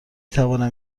توانم